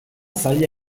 zaila